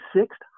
sixth